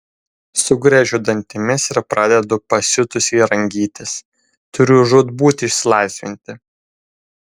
sugriežiu dantimis ir pradedu pasiutusiai rangytis turiu žūtbūt išsilaisvinti